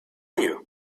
you